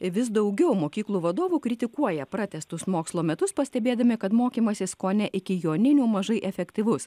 vis daugiau mokyklų vadovų kritikuoja pratęstus mokslo metus pastebėdami kad mokymasis kone iki joninių mažai efektyvus